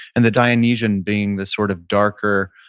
and the dionysian being this sort of darker,